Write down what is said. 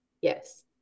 yes